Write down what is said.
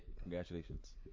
congratulations